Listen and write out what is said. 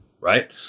right